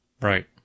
Right